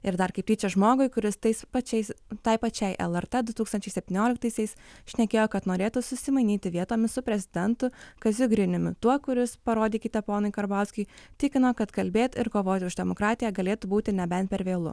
ir dar kaip tyčia žmogui kuris tais pačiais tai pačiai lrt du tūkstančiai septynioliktaisiais šnekėjo kad norėtų susimainyti vietomis su prezidentu kaziu griniumi tuo kuris parodykite ponui karbauskiui tikino kad kalbėt ir kovoti už demokratiją galėtų būti nebent per vėlu